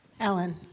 Ellen